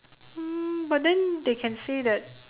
hmm but then they can say that